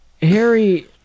Harry